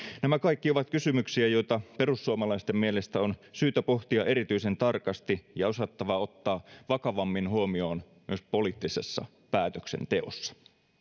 nämä kaikki ovat kysymyksiä joita perussuomalaisten mielestä on syytä pohtia erityisen tarkasti ja jotka on osattava ottaa vakavammin huomioon myös poliittisessa päätöksenteossa